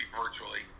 virtually